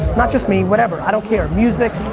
not just me, whatever. i don't care, music,